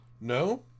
No